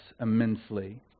immensely